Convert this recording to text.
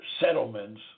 settlements